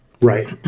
right